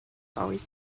always